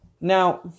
Now